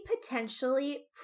potentially